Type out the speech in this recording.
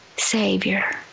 Savior